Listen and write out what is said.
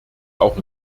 auch